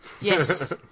Yes